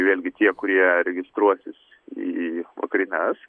vėlgi tie kurie registruosis į vakarines